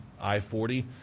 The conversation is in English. I-40